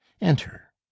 enter